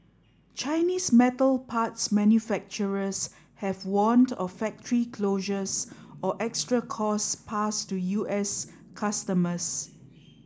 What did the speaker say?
Chinese metal parts manufacturers have warned of factory closures or extra costs passed to U S customers